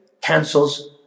cancels